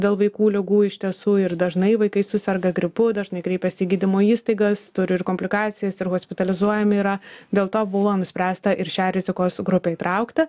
dėl vaikų ligų iš tiesų ir dažnai vaikai suserga gripu dažnai kreipiasi į gydymo įstaigas turi ir komplikacijas ir hospitalizuojami yra dėl to buvo nuspręsta ir šią rizikos grupę įtraukti